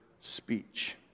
speech